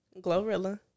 Glorilla